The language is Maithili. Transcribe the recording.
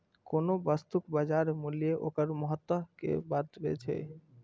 कोनो वस्तुक बाजार मूल्य ओकर महत्ता कें बतबैत छै